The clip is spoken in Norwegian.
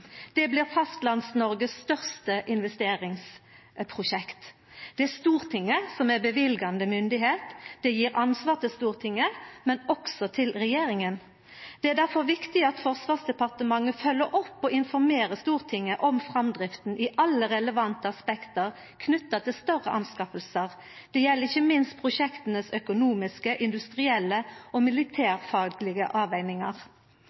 Det blir Fastlands-Noreg sitt største investeringsprosjekt. Det er Stortinget som er løyvingsmakta. Det gjev ansvar til Stortinget, men også til regjeringa. Det er difor viktig at Forsvarsdepartementet følgjer opp og informerer Stortinget om framdrifta i alle relevante aspekt knytte til større innkjøp. Det gjeld ikkje minst dei økonomiske, industrielle og